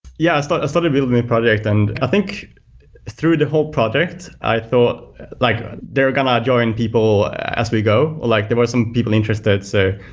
yeah, so i started building the project. and i think through the whole project, i thought like they're going to ah join people as we go. like there were some people interested. so,